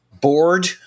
bored